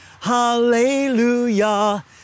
hallelujah